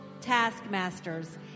taskmasters